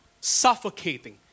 suffocating